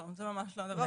לא, זה ממש לא הדבר.